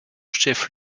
chef